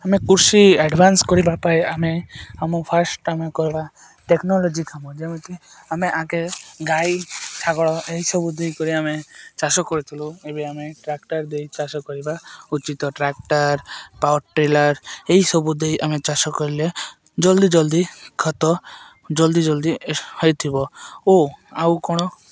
ଆମେ କୃଷି ଆଡ଼ଭାନ୍ସ କରିବା ପାଇଁ ଆମେ ଆମ ଫାର୍ଷ୍ଟ ଆମେ କହିବା ଟେକ୍ନୋଲୋଜି କାମ ଯେମିତି ଆମେ ଆଗେ ଗାଈ ଶାଗଳ ଏହିସବୁ ଦେଇ କରି ଆମେ ଚାଷ କରିଥିଲୁ ଏବେ ଆମେ ଟ୍ରାକ୍ଟର୍ ଦେଇ ଚାଷ କରିବା ଉଚିତ ଟ୍ରାକ୍ଟର୍ ପାୱାର୍ ଟିଲର୍ ଏହିସବୁ ଦେଇ ଆମେ ଚାଷ କଲେ ଜଲ୍ଦି ଜଲ୍ଦି ଖତ ଜଲ୍ଦି ଜଲ୍ଦି ହେଇଥିବ ଓ ଆଉ କ'ଣ